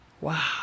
Wow